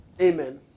Amen